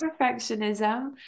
perfectionism